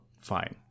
fine